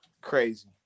crazy